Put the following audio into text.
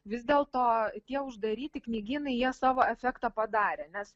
vis dėlto tie uždaryti knygynai jie savo efektą padarė nes